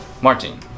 Martin